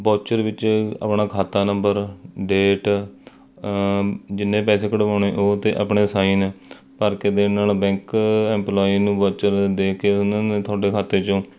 voucher ਵਿੱਚ ਆਪਣਾ ਖਾਤਾ ਨੰਬਰ ਡੇਟ ਜਿੰਨੇ ਪੈਸੇ ਕਢਵਾਉਣੇ ਉਹ ਅਤੇ ਆਪਣੇ ਸਾਈਨ ਭਰ ਕੇ ਦੇਣ ਨਾਲ ਬੈਂਕ ਇਮਪਲੋਈ ਨੂੰ ਬਾਊਚਰ ਦੇ ਕੇ ਉਹਨਾਂ ਨੇ ਤੁਹਾਡੇ ਖਾਤੇ 'ਚੋਂ